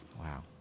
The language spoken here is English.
Wow